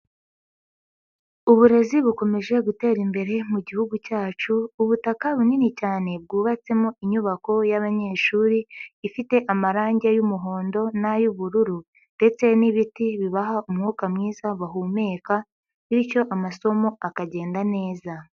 Uburezi bukomeje gutera imbere mu Gihugu cyacu, ubutaka bunini cyane bwubatsemo inyubako y'abanyeshuri, ifite amarangi y'umuhondo n'ay'ubururu ndetse n'ibiti bibaha umwuka mwiza bahumeka, bityo amasomo akagenda neza.